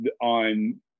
on